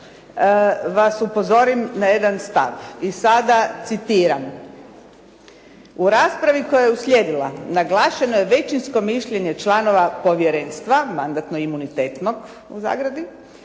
vas upozorim na jedan stav. I sada citiram: "U raspravi koja je uslijedila naglašeno je većinsko mišljenje članova Povjerenstva (mandatno-imunitetnog) kako